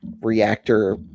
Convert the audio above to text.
reactor